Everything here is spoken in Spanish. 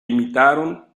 imitaron